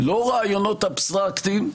לא רעיונות אבסטרקטיים,